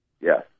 Yes